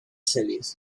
cities